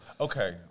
Okay